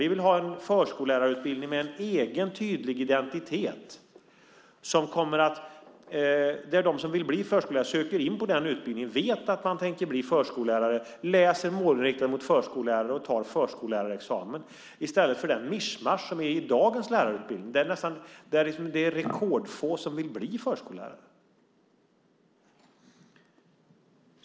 Vi vill ha en förskollärarutbildning med en egen tydlig identitet, så att de som vill bli förskollärare och söker in på denna utbildning vet att de ska bli förskollärare och läser målinriktat och tar förskollärarexamen, i stället för den mischmasch som är i dagens lärarutbildning där det är rekordfå som vill bli förskollärare.